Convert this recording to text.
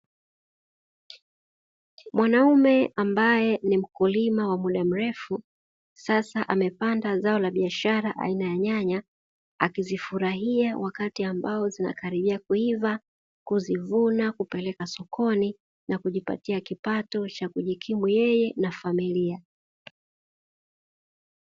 Mwanaume ambaye ni mkulima wa muda mrefu sasa amepanda zao la biashara aina ya nyanya akizifurahia wakati ambao zinakaribia kuiva kuzivuna kuzipeleka sokoni na kujipatia kipato cha kujikimu yeye na familia.